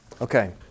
Okay